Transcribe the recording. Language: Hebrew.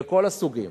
לכל הסוגים.